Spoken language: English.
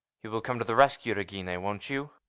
you will come to the rescue, regina, won't you?